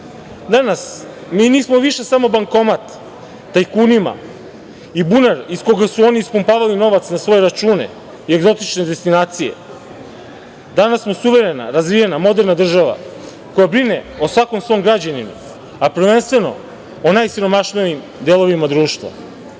Danas, mi nismo više samo bankomat tajkunima i bunar iz koga su oni ispumpavali novac na svoje račune na egzotične destinacije. Danas smo suverena, razvijena, moderna država koja brine o svakom svom građaninu, a prvenstveno o najsiromašnijim delovima društva. Srbija